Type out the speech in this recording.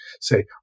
Say